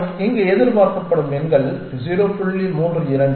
அவை இங்கே எதிர்பார்க்கப்படும் எண்கள் 0